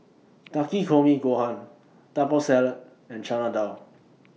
Takikomi Gohan Taco Salad and Chana Dal